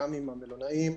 למיטב ידיעתי.